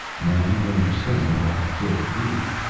now you understand why he killed rudi.